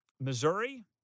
Missouri